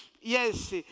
yes